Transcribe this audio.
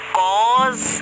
cause